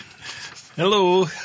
Hello